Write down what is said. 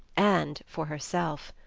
and for herself.